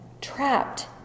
trapped